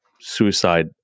suicide